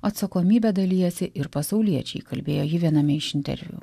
atsakomybę dalijasi ir pasauliečiai kalbėjo ji viename iš interviu